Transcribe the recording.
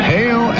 Hail